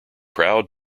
proud